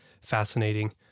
fascinating